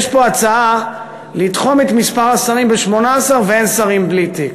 יש פה הצעה לתחום את מספר השרים ב-18 ובלי שרים בלי תיק.